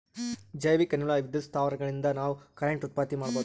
ಜೈವಿಕ್ ಅನಿಲ ವಿದ್ಯುತ್ ಸ್ಥಾವರಗಳಿನ್ದ ನಾವ್ ಕರೆಂಟ್ ಉತ್ಪತ್ತಿ ಮಾಡಬಹುದ್